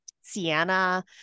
Sienna